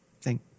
Thank